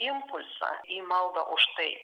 impulsą į maldą už tai